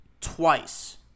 Twice